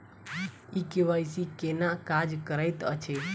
ई KYC केना काज करैत अछि?